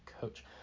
coach